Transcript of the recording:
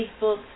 Facebook